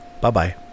Bye-bye